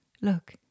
Look